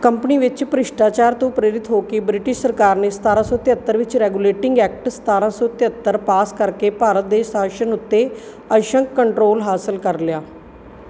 company ਵਿੱਚ ਭ੍ਰਿਸ਼ਟਾਚਾਰ ਤੋਂ ਪ੍ਰੇਰਿਤ ਹੋ ਕੇ ਬ੍ਰਿਟਿਸ਼ ਸਰਕਾਰ ਨੇ ਸਤਾਰ੍ਹਾਂ ਸੌ ਤਿਹੱਤਰ ਵਿੱਚ ਰੈਗੂਲੇਟਿੰਗ ਐਕਟ ਸਤਾਰ੍ਹਾਂ ਸੌ ਤਿਹੱਤਰ ਪਾਸ ਕਰਕੇ ਭਾਰਤ ਦੇ ਸ਼ਾਸਨ ਉੱਤੇ ਅੰਸ਼ਕ ਕੰਟਰੋਲ ਹਾਸਲ ਕਰ ਲਿਆ